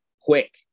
quick